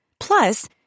Plus